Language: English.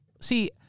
see